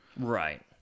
right